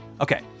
Okay